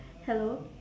hello